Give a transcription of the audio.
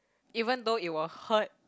even though it will hurt